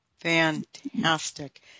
Fantastic